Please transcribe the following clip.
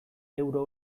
euro